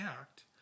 act